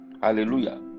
Hallelujah